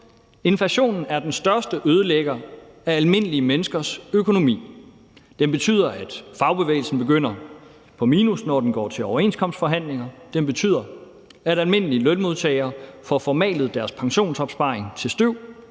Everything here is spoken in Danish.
»Inflation er den største ødelægger af almindelige menneskers økonomi. Den betyder, at fagbevægelsen begynder på minus, når den går til overenskomstforhandlinger. Den betyder, at almindelige lønmodtagere får formalet deres pensionsopsparing til støv.